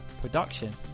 production